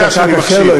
אתה יודע שאני מקשיב.